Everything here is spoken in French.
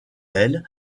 elles